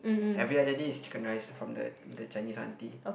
every other day is chicken rice from the the Chinese auntie